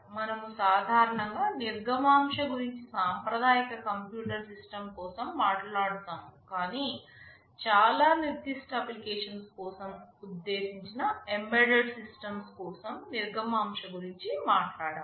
మనము సాధారణంగా నిర్గమాంశ గురించి సాంప్రదాయిక కంప్యూటర్ సిస్టమ్స్ కోసం మాట్లాడుతాము కానీ చాలా నిర్దిష్ట అప్లికేషన్స్ కోసం ఉద్దేశించిన ఎంబెడెడ్ సిస్టమ్ కోసం నిర్గమాంశ గురించి మాట్లాడము